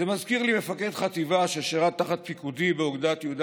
זה מזכיר לי מפקד חטיבה ששירת תחת פיקודי באוגדת יהודה